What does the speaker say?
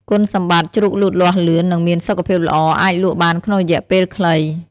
គុណសម្បត្តិ ជ្រូកលូតលាស់លឿន និងមានសុខភាពល្អអាចលក់បានក្នុងរយៈពេលខ្លី។